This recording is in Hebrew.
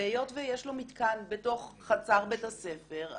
והיות ויש לו מתקן בתוך חצר בית הספר,